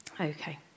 Okay